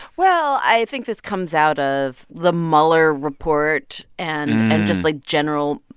well, i think this comes out of the mueller report and just, like, general